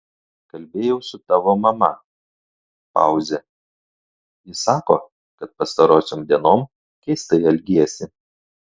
kalbėjau su tavo mama pauzė ji sako kad pastarosiom dienom keistai elgiesi